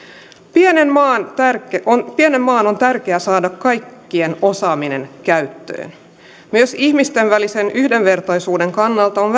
pienen maan on tärkeää saada kaikkien osaaminen käyttöön myös ihmisten välisen yhdenvertaisuuden kannalta on